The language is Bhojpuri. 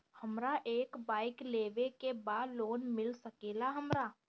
हमरा एक बाइक लेवे के बा लोन मिल सकेला हमरा?